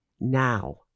now